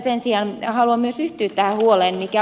sen sijaan haluan yhtyä ed